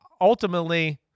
ultimately